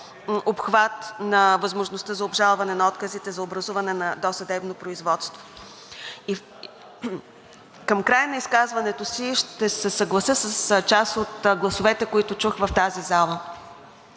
обхват на възможността за обжалване на отказите за образуване на досъдебно производство. Към края на изказването си ще се съглася с част от гласовете, които чух в тази зала.